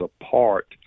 apart